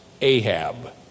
Ahab